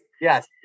Yes